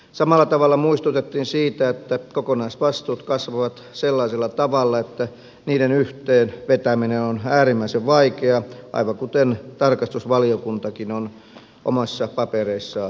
samalla tavalla muistutettiin siitä että kokonaisvastuut kasvavat sellaisella tavalla että niiden yhteenvetäminen on äärimmäisen vaikeaa aivan kuten tarkastusvaliokuntakin on omissa papereissaan huomauttanut